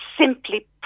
simply